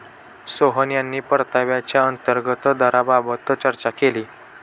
सोहन यांनी परताव्याच्या अंतर्गत दराबाबत चर्चा केली